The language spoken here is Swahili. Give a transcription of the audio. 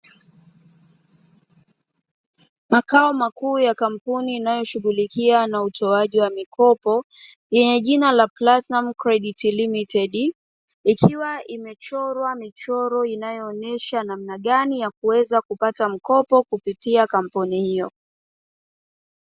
Makao makuu ya kampuni inayoshughulikia na utoaji wa mikopo yenye jina la 'platinum credit limited', ikiwa imechora michoro inayoonesha namna gani ya kuweza kupata mkopo kupitia kampuni hiyo.